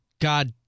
God